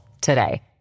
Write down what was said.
today